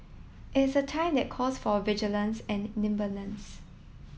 it's a time that calls for vigilance and nimbleness